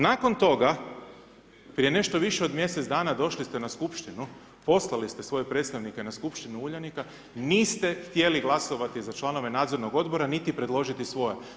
Nakon toga prije nešto više od mjesec dana došli ste na skupštinu, poslali ste svoje predstavnike na skupštinu Uljanika, niste htjeli glasovati za članove nadzornog odbora niti predložiti svoje.